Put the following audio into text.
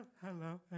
Hello